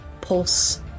pulse